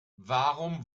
warum